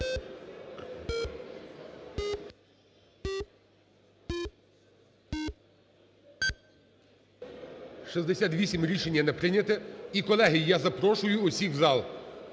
За-68 Рішення не прийнято. І, колеги, я запрошую усіх в зал.